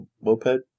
moped